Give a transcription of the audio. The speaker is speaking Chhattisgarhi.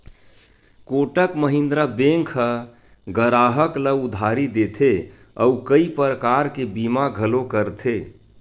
कोटक महिंद्रा बेंक ह गराहक ल उधारी देथे अउ कइ परकार के बीमा घलो करथे